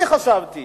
אני חשבתי